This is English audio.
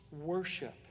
worship